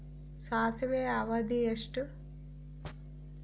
ಸಾಸಿವೆಯ ಅವಧಿ ಎಷ್ಟು?